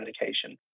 medication